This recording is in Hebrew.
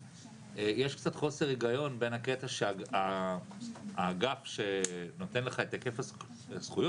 יש קצת חוסר היגיון בין הקטע שהאגף שנותן לך את היקף הזכויות,